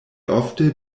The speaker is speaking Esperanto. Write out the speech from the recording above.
ofte